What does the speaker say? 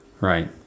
Right